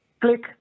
click